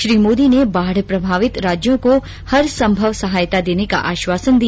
श्री मोदी ने बाढ़ प्रभावित राज्यों को हर संभव सहायता देने का आश्वासन दिया